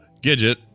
Gidget